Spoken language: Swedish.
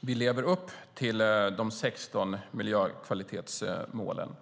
vi lever upp till de 16 miljökvalitetsmålen.